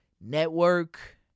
Network